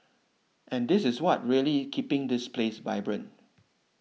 and this is what really keeping this place vibrant